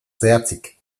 zehatzik